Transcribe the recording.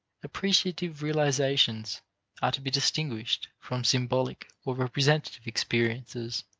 appreciative realizations are to be distinguished from symbolic or representative experiences.